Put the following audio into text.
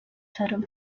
tarım